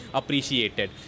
appreciated